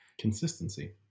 Consistency